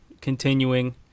continuing